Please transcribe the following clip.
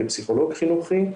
כפסיכולוג חינוכי,